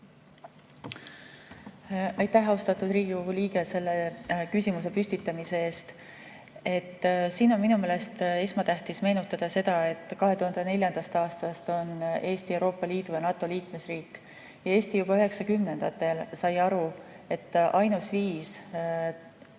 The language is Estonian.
Aitäh, austatud Riigikogu liige, selle küsimuse püstitamise eest! Siin on minu meelest esmatähtis meenutada seda, et 2004. aastast on Eesti Euroopa Liidu ja NATO liikmesriik. Eesti juba üheksakümnendatel sai aru, et ainus viis